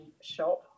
shop